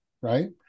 right